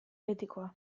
betikoa